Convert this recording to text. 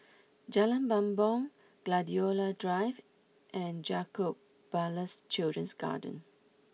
Jalan Bumbong Gladiola Drive and Jacob Ballas Children's Garden